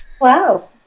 wow